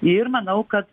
ir manau kad